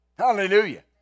Hallelujah